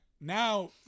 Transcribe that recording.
now